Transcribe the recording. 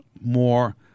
more